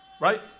right